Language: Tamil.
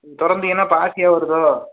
திறந்தீங்கனா பாசியாக வருதோ